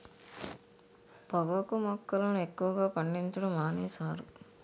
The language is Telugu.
పొగాకు మొక్కలను ఎక్కువగా పండించడం మానేశారు